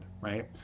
right